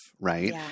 Right